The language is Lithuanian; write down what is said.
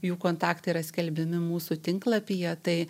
jų kontaktai yra skelbiami mūsų tinklapyje tai